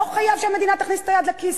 לא חייב שהמדינה תכניס את היד לכיס.